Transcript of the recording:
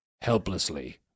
helplessly